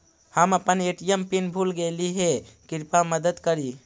हम अपन ATM pin भूल गईली हे, कृपया मदद करी